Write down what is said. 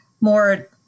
more